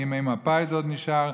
מימי מפא"י זה עוד נשאר,